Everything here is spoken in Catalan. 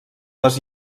les